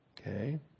okay